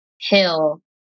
hill